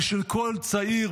היא של כל צעיר,